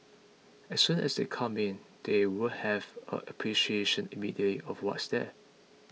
as soon as they come in they will have a appreciation immediately of what's there